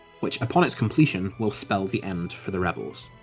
which upon its completion, will spell the end for the rebels.